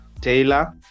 Taylor